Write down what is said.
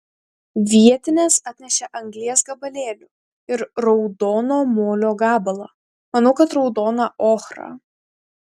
vietinės atnešė anglies gabalėlių ir raudono molio gabalą manau kad raudoną ochrą